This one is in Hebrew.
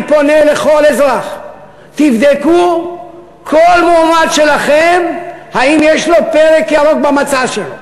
אני פונה לכל אזרח: תבדקו כל מועמד שלכם האם יש לו פרק ירוק במצע שלו,